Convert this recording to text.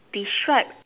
describe